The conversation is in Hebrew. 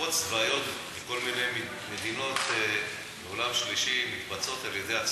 מהפכות צבאיות בכל מיני מדינות עולם שלישי מתבצעות על-ידי הצבא.